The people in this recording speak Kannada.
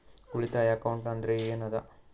ಉಳಿತಾಯ ಅಕೌಂಟ್ ಅಂದ್ರೆ ಏನ್ ಅದ?